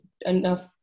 enough